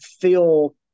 feel